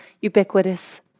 ubiquitous